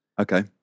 Okay